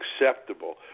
acceptable